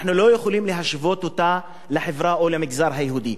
אנחנו לא יכולים להשוות אותה לחברה או למגזר היהודי.